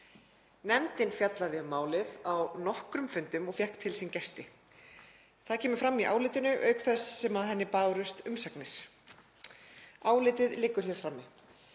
Nefndin fjallaði um málið á nokkrum fundum og fékk til sín gesti. Það kemur fram í álitinu auk þess sem henni bárust umsagnir. Álitið liggur hér frammi.